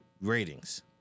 ratings